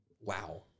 wow